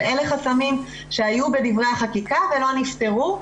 אבל אלה חסמים שהיו בדברי החקיקה ולא נפתרו,